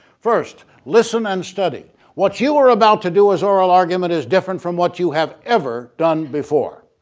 first listen and study what you are about to do as oral argument is different from what you have ever done before,